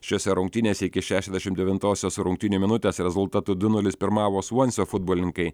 šiose rungtynėse iki šešiasdešimt devintosios rungtynių minutes rezultatu du nulis pirmavo svansio futbolininkai